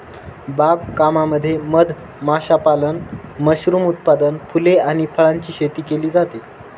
बाग कामामध्ये मध माशापालन, मशरूम उत्पादन, फुले आणि फळांची शेती केली जाते